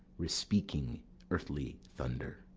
re-speaking earthly thunder.